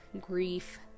grief